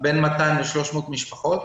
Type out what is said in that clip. בין 200 300 משפחות.